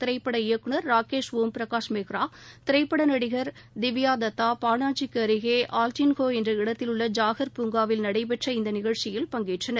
திரைப்பட இயக்குநர் ராக்கேஷ் ஒம்பிரகாஷ் மெக்ரா திரைப்பட நடிகர் திவ்யா தத்தா பனாஜிக்கு அருகே ஆல்டின்ஹோ என்ற இடத்திலுள்ள ஜாகர் பூங்காவில் நடைபெற்ற இந்த நிகழ்ச்சியில் பங்கேற்றனர்